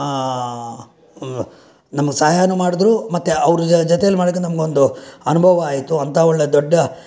ನಮಗೆ ಸಹಾಯವೂ ಮಾಡಿದ್ರು ಮತ್ತೆ ಅವರ ಜೊತೆಯಲ್ಲಿ ನಮಗೊಂದು ಅನುಭವವೂ ಆಯಿತು ಅಂತಹ ಒಳ್ಳೆಯ ದೊಡ್ಡ